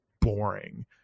boring